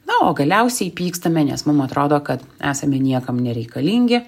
na o galiausiai pykstame nes mum atrodo kad esame niekam nereikalingi